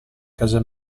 casa